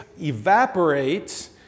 evaporates